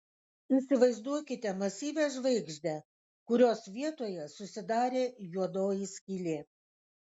įsivaizduokite masyvią žvaigždę kurios vietoje susidarė juodoji skylė